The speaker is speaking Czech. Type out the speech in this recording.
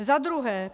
Za druhé.